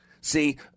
See